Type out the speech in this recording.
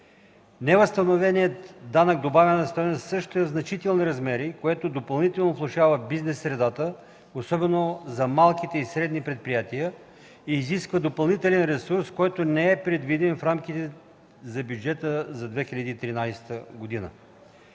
Невъзстановеният ДДС също е в значителни размери, което допълнително влошава бизнес средата, особено за малките и средните предприятия, и изисква допълнителен ресурс, който не е предвиден в рамката на бюджета за 2013 г.